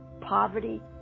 poverty